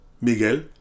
Miguel